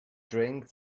drink